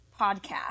podcast